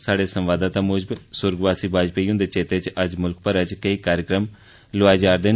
स्हाड़े संवाददाता मुजब सुरगवासी वाजपेयी हुंदे चेत्ते च अज्ज मुल्ख भरै च केई कार्यक्रम लोआए जा'रदे न